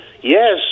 yes